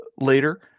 later